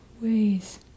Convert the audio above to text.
ways